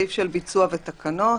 ביצוע ותקנות,